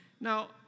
Now